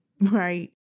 Right